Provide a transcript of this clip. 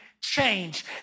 change